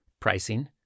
pricing